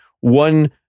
one